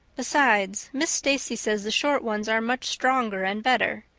besides, miss stacy says the short ones are much stronger and better.